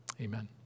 amen